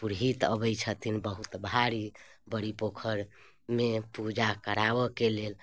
पुरहित अबै छथिन बहुत भारी बड़ी पोखरिमे पूजा कराबऽके लेल